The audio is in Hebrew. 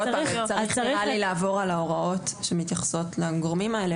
צריך נראה לי לעבור על ההוראות שמתייחסות לגורמים האלה